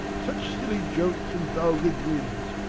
such silly jokes and vulgar grins!